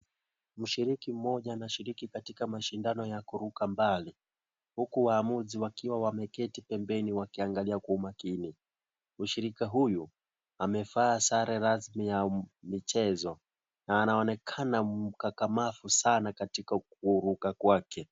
Mshiriki mmoja anashiriki katika mashindano ya kuruka mbali huku waamuzi wakiwa wameketi pembeni wakiangalia kwa umakini. Mshirika huyu amevaa sare rasmi ya michezo na anaonekana mkakamavu sana katika kuruka kwake.